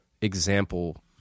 example